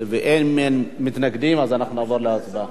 אם אין מתנגדים, אנחנו נעבור להצבעה.